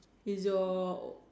is your